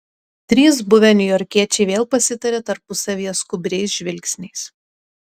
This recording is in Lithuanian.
trys buvę niujorkiečiai vėl pasitarė tarpusavyje skubriais žvilgsniais